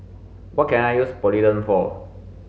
what can I use Polident for